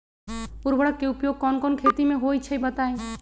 उर्वरक के उपयोग कौन कौन खेती मे होई छई बताई?